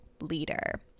leader